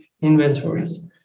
inventories